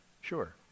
Sure